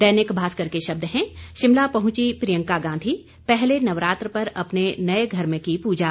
दैनिक भास्कर के शब्द हैं शिमला पहुंची प्रियंका गांधी पहले नवरात्र पर अपने नए घर में की पूजा